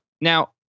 Now